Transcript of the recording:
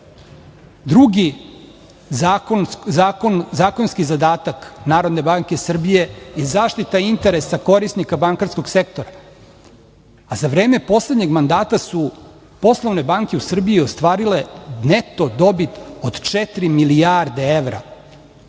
Drugi zakonski zadatak NBS je zaštita interesa korisnika bankarskog sektora. Za vreme poslednjeg mandata su poslovne banke u Srbiji ostvarile neto dobit od četiri milijarde evra,